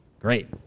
great